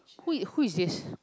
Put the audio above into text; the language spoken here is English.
who i~ who is this